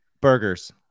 burgers